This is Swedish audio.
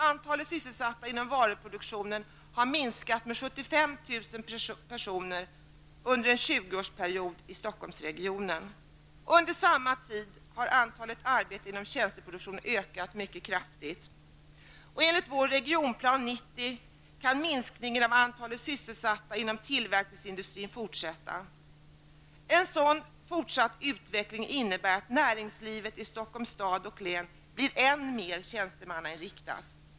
Antalet sysselsatta inom varuproduktionen i Stockholmsregionen har minskat med 75 000 personer under en 20 årsperiod. Under samma tid har antalet arbetande inom tjänsteproduktionen ökat mycket kraftigt. Enligt Regionplan 90 kan minskningen av antalet sysselsatta inom tillverkningsindustrin fortsätta. En sådan fortsatt utveckling innebär att näringlivet i Stockholms stad och län blir än mer tjänstemannainriktat.